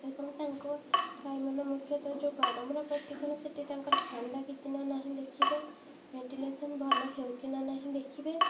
ଏବଂ ତାଙ୍କ ଗାଈମାନେ ମୁଖ୍ୟତଃ ଯେଉଁ ଗରମର ପ୍ରତି କ'ଣ ସେଇଠି ତାଙ୍କର ଫ୍ୟାନ୍ ଲାଗିଛି ନା ନାହିଁ ଦେଖିବେ ଭେଣ୍ଟିଲେସନ୍ ଭଲ ହେଉଛି ନା ନାହିଁ ଦେଖିବେ